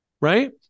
right